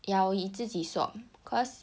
ya we 自己 swap cause